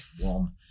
one